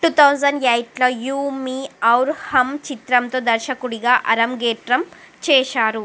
two thousand ఎయిట్లో యూ మీ ఔర్ హమ్ చిత్రంతో దర్శకుడిగా అరంగేట్రం చేశారు